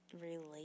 relate